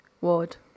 ward